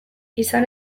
izan